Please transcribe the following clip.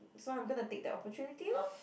so I'm gonna take the opportunity lor